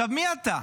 מי אתה?